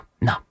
no